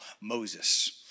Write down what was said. Moses